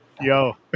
Yo